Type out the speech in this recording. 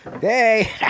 Hey